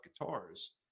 guitars